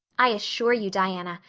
i assure you, diana,